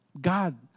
God